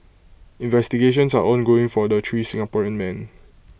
investigations are ongoing for the three Singaporean men